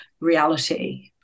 reality